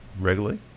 regularly